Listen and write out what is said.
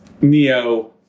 Neo